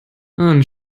und